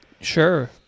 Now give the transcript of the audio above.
Sure